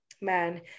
man